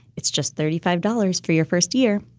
it's just thirty five dollars for your first year.